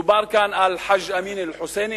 דובר כאן על חאג' אמין אל-חוסייני.